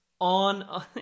on